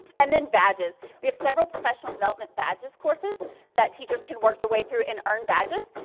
and then badges. we have several professional development badges courses that teachers can work their way through and earn badges,